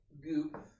Goop